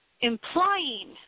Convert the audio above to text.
implying